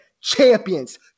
champions